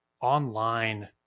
online